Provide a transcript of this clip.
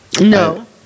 No